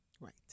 Right